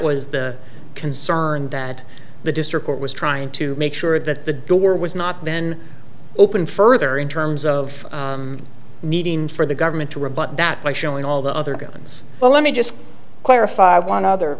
was the concern that the district court was trying to make sure that the door was not then open further in terms of meeting for the government to rebut that by showing all the other grounds well let me just clarify one other